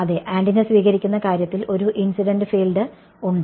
അതെ ആന്റിന സ്വീകരിക്കുന്ന കാര്യത്തിൽ ഒരു ഇൻസിഡന്റ് ഫീൽഡ് ഉണ്ട്